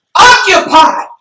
Occupy